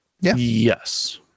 Yes